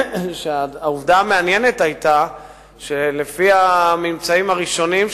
שהעובדה המעניינת היתה שלפי הממצאים הראשוניים